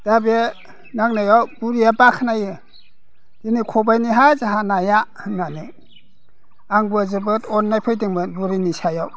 दा बे नांनायाव बुरैया बाखनायो दिनै खबाइनैहाय जाहा नाया होननानै आंबो जोबोद अननाय फैदोंमोन बुरैनि सायाव